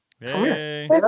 Hey